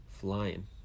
flying